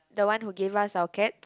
the one who give us our cats